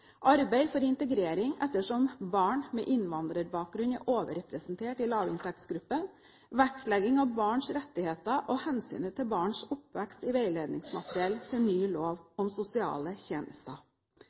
arbeid for integrering, ettersom barn med innvandrerbakgrunn er overrepresentert i lavinntektsgruppen, og vektlegging av barns rettigheter og hensynet til barns oppvekst i veiledningsmateriell til ny lov